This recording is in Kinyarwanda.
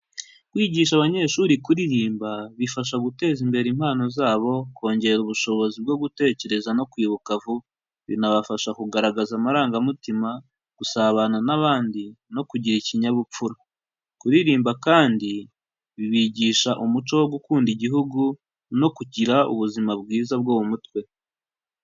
Kwigisha abanyeshuri kuririmba bifasha guteza imbere impano zabo, kongera ubushobozi bwo gutekereza no kwibuka vuba, binabafasha kugaragaza amarangamutima, gusabana n'abandi no kugira ikinyabupfura, kuririmba kandi bibigisha umuco wo gukunda igihugu no kugira ubuzima bwiza bwo mu mutwe.